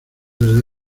desde